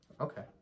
Okay